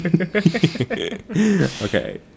okay